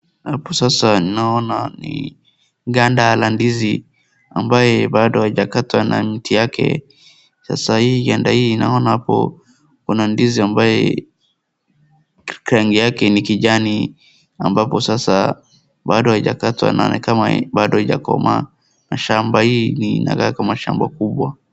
Hapo sasa naona ni ganda la ndizi ambaye bado ijakatwa na mti yake Sasa hii ganda hii naona hapo kuna ndizi ambao rangi yake ni kijani ambapo sasa bado hijakatwa inaonekana bado hijakomaa shamba hii inakaa kwa mashamba kubwa.